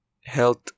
health